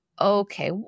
okay